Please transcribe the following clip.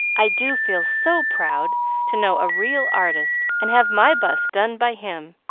i do feel so proud to know a real artist, and have my bust done by him.